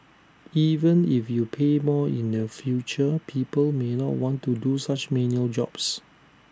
even if you pay more in the future people may not want to do such menial jobs